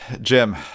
Jim